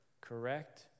correct